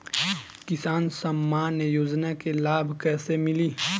किसान सम्मान योजना के लाभ कैसे मिली?